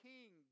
King